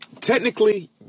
Technically